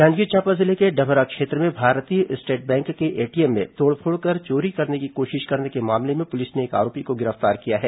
जांजगीर चांपा जिले के डभरा क्षेत्र में भारतीय स्टेट बैंक के एटीएम में तोड़फोड़ कर चोरी करने की कोशिश करने के मामले में पुलिस ने एक आरोपी को गिरफ्तार किया है